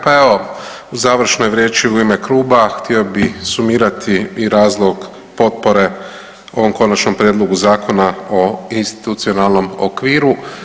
Pa evo u završnoj riječi u ime kluba htio bi sumirati i razlog potpore o ovom konačnom prijedlogu zakona o institucionalnom okviru.